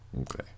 Okay